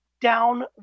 down